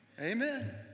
Amen